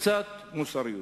קצת, מוסריות.